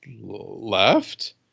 left